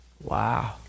Wow